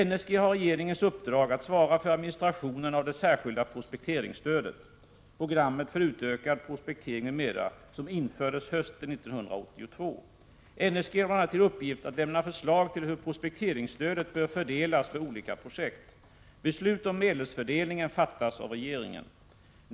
NSG har regeringens uppdrag att svara för administrationen av det särskilda prospekteringsstödet — Programmet för utökad prospektering m.m. — som infördes hösten 1982. NSG har bl.a. till uppgift att lämna förslag till hur prospekteringsstödet bör fördelas på olika projekt. Beslut om medelsfördelningen fattas av regeringen.